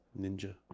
Ninja